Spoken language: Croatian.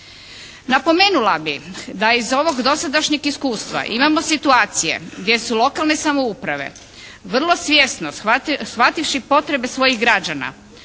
Napomenula bih da iz ovog dosadašnjeg iskustva imamo situacije gdje su lokalne samouprave vrlo svjesno shvativši potrebe svojih građana